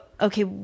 okay